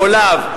או לאו?